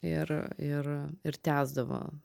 ir ir ir tęsdavo